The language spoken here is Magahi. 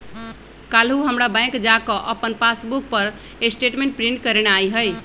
काल्हू हमरा बैंक जा कऽ अप्पन पासबुक पर स्टेटमेंट प्रिंट करेनाइ हइ